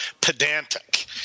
pedantic